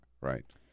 right